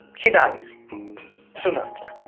he dies soon after.